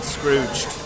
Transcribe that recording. Scrooge